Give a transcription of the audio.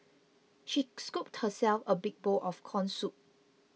she scooped herself a big bowl of Corn Soup